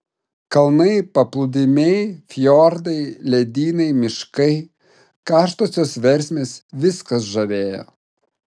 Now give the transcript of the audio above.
kalnai paplūdimiai fjordai ledynai miškai karštosios versmės viskas žavėjo